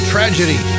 Tragedy